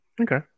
Okay